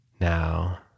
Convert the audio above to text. now